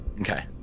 Okay